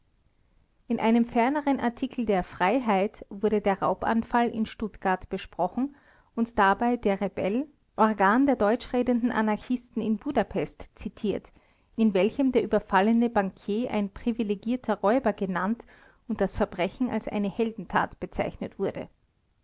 in einem ferneren artikel der freiheit wurde der raubanfall in stuttgart besprochen und dabei der rebell organ der deutschredenden anarchisten chisten in budapest zitiert in welchem der überfallene bankier ein privilegierter räuber genannt und das verbrechen als eine heldentat bezeichnet wurde